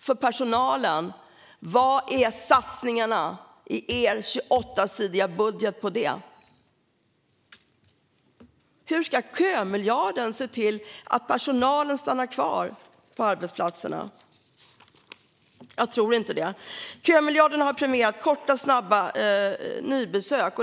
för personalen? Var är satsningarna i er 28-sidiga budget på det? Hur ska kömiljarden se till att personalen stannar kvar på arbetsplatserna? Jag tror inte att den kan det. Kömiljarden har premierat korta, snabba nybesök.